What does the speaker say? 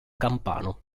campano